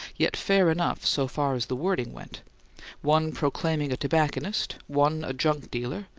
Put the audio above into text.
yet fair enough so far as the wording went one proclaiming a tobacconist, one a junk-dealer,